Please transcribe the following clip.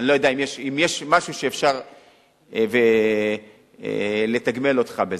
אני לא יודע אם יש משהו שאפשר לתגמל אותך בזה.